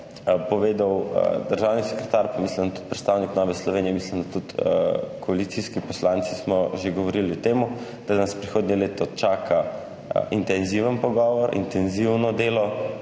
povedal državni sekretar, pa mislim, da tudi predstavnik Nove Slovenije, mislim, da tudi koalicijski poslanci smo že govorili o temu, da nas prihodnje leto čaka intenziven pogovor, intenzivno delo